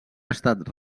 estat